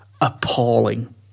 appalling